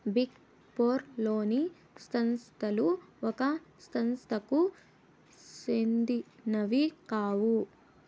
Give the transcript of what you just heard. big four లోని సంస్థలు ఒక సంస్థకు సెందినవి కావు